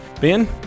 Ben